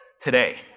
today